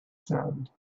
sound